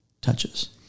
touches